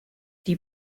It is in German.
die